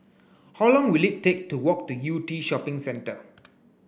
how long will it take to walk to Yew Tee Shopping Centre